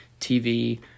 TV